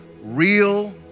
real